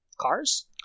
cars